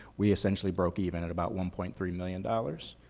we essentially broke even at about one point three million dollars.